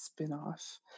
spinoff